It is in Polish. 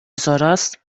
zaraz